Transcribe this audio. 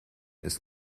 ist